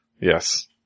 Yes